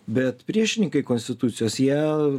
bet priešininkai konstitucijos jie